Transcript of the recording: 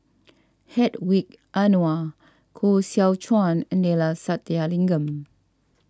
Hedwig Anuar Koh Seow Chuan and Neila Sathyalingam